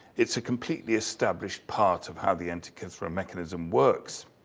it's a completely established part of how the antikythera mechanism works.